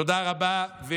תודה רבה.